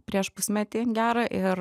prieš pusmetį gerą ir